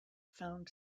found